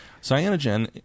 Cyanogen